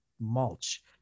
mulch